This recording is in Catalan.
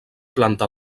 planta